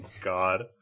God